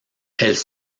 elles